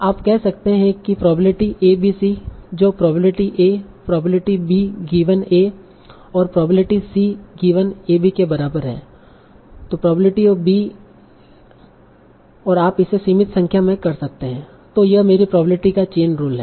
आप कह सकते हैं प्रोबेबिलिटी A B C जो probability A probability B given A और probability C given A B के बराबर है और आप इसे सीमित संख्या में कर सकते हैं और यह मेरी प्रोबेबिलिटी का चेन रूल है